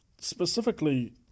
specifically